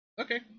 Okay